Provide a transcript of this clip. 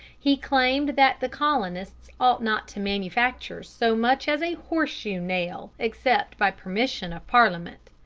he claimed that the colonists ought not to manufacture so much as a horseshoe nail except by permission of parliament.